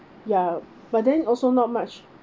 ya but then also not much